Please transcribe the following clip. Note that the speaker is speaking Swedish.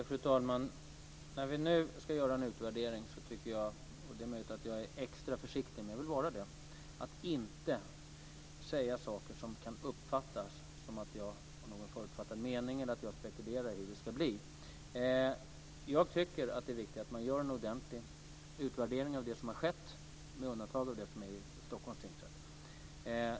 Fru talman! När vi nu ska göra en utvärdering vill jag inte säga saker som kan uppfattas som förutfattade meningar eller som att jag spekulerar i hur det ska bli. Det är möjligt att jag är extra försiktig, men jag vill vara det. Jag tycker att det är viktigt att man gör en ordentlig utvärdering av det som har skett, med undantag för det som gäller Stockholms tingsrätt.